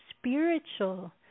spiritual